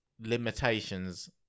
limitations